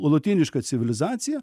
lotynišką civilizaciją